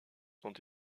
sont